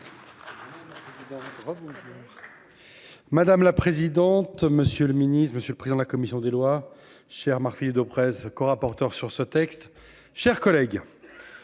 Madame la présidente. Monsieur le Ministre, monsieur le président de la commission des lois chers marseillais de presse rapporteur sur ce texte, chers collègues.